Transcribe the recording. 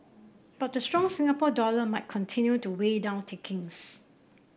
but the strong Singapore dollar might continue to weigh down takings